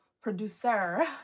producer